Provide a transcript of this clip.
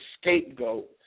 scapegoat